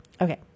Okay